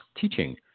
teaching